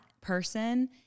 person